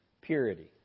purity